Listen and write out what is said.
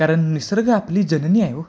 कारण निसर्ग आपली जननी आहे हो